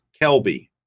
Kelby